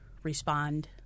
respond